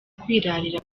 kwirarira